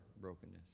brokenness